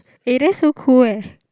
eh that's so cool eh